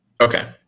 Okay